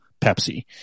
Pepsi